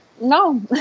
no